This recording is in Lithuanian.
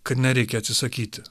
kad nereikia atsisakyti